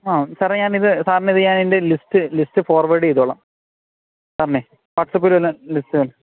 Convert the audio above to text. ആ സാറെ ഞാനിത് സാറിന് ഇത് ഞാൻ എൻ്റെ ഒരു ലിസ്റ്റ് ലിസ്റ്റ് ഫോർവേർഡ് ചെയ്തോളാം സാറിനെ വാട്സാപ്പിലൊന്ന് ലിസ്റ്റ്